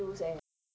say again